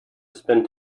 spend